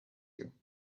you